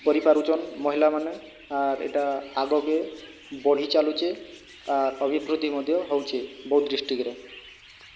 କରିପାରୁଛନ୍ ମହିଲାମାନେ ଆର୍ ଇଟା ଆଗକେ ବଢ଼ିଚାଲୁଛେ ଆର୍ ଅଭିବୃଦ୍ଧି ମଧ୍ୟ ହେଉଛେ ବୌଦ୍ଧ ଡିଷ୍ଟ୍ରିକ୍ଟରେ